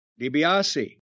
DiBiase